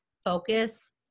Focus